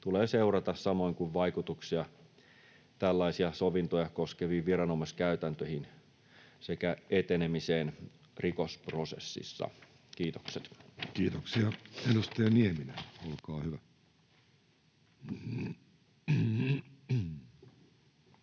tulee seurata samoin kuin vaikutuksia tällaisia sovintoja koskeviin viranomaiskäytäntöihin sekä etenemiseen rikosprosessissa. — Kiitokset. Kiitoksia. — Edustaja Nieminen, olkaa hyvä.